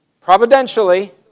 providentially